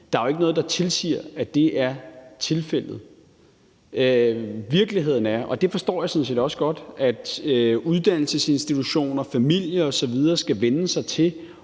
Der er jo ikke noget, der tilsiger, at det er tilfældet. Virkeligheden er – og det forstår jeg sådan set også godt – at uddannelsesinstitutioner, familier osv. også skal vænne sig til